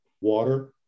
Water